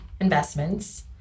Investments